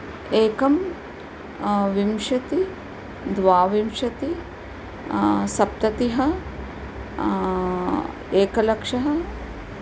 एकं विंशतिः द्वाविंशतिः सप्ततिः एकलक्षः